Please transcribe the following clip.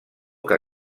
que